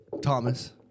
Thomas